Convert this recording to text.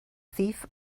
thief